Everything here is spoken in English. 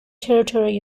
territory